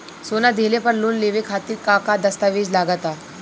सोना दिहले पर लोन लेवे खातिर का का दस्तावेज लागा ता?